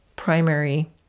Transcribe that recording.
Primary